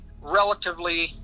relatively